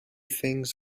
things